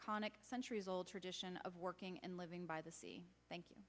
conic centuries old tradition of working and living by the sea thank you